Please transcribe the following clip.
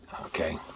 Okay